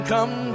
Come